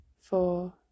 four